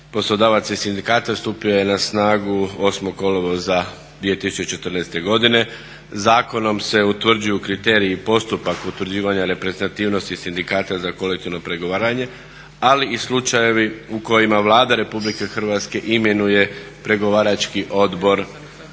poslodavaca i sindikata stupio je na snagu 8. kolovoza 2014. godine. Zakonom se utvrđuju kriteriji i postupak utvrđivanja reprezentativnosti sindikata za kolektivno pregovaranje ali i slučajevi u kojima Vlada Republike Hrvatske imenuje pregovarački odbor